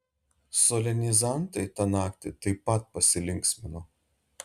solenizantai tą naktį taip pat pasilinksmino